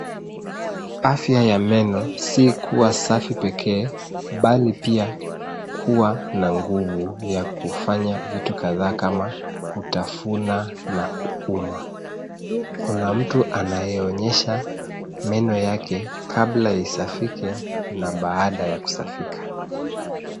Afya ya meno si kuwa safi pekee bali pia kuwa na nguvu ya kufanya vitu kadhaa kama kutafuna na kuuma. Kuna mtu anayeonyesha meno yake kabla isafike na baada ya kusafika.